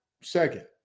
second